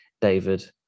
David